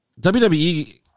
WWE